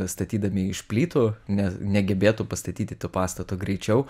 statydami iš plytų ne negebėtų pastatyti to pastato greičiau